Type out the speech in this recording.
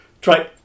try